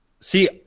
See